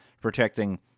protecting